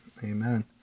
Amen